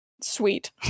sweet